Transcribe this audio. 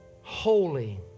holy